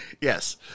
Yes